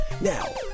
Now